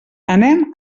anem